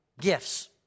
gifts